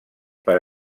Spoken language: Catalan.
per